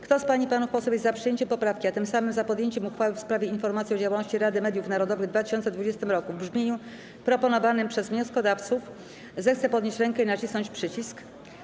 Kto z pań i panów posłów jest za przyjęciem poprawki, a tym samym za podjęciem uchwały w sprawie Informacji o działalności Rady Mediów Narodowych w 2020 roku, w brzmieniu proponowanym przez wnioskodawców, zechce podnieść rękę i nacisnąć przycisk.